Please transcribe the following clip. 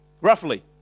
Roughly